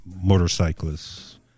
motorcyclists